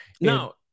no